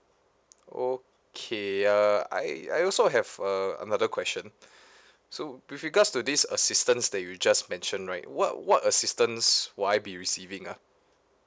okay uh I I also have a another question so with regards to this assistance that you just mentioned right what what assistance would I be receiving ah